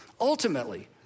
Ultimately